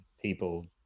people